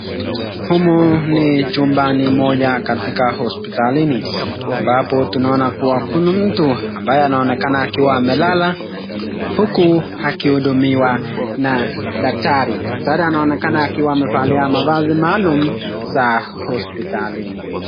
Humu ni chumbani moja katika hosipitalini, ambapo tunaona kua kuna mtu ambaye anaonekana akiwa amelala, huku akihudumiwa na daktari. Daktari anaonekana akiwa amevalia mavazi maalum za hosipitalini.